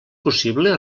possible